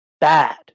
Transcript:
bad